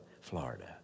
Florida